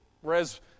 whereas